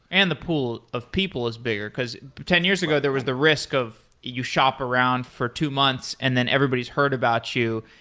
and the pool of people is bigger, because ten years ago there was the risk of you shop around for two months and then everybody's heard about you,